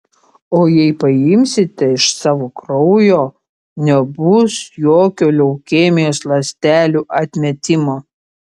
o jei paimsite iš savo kraujo nebus jokio leukemijos ląstelių atmetimo